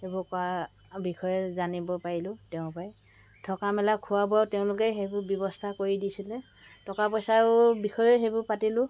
সেইবোৰ কৰা বিষয়ে জানিব পাৰিলোঁ তেওঁ পাই থকা মেলা খোৱা বোৱাও তেওঁলোকেই সেইবোৰ ব্যৱস্থা কৰি দিছিলে টকা পইচাও বিষয়ে সেইবোৰ পাতিলোঁ